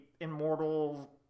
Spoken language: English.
immortal